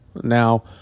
Now